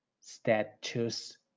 statues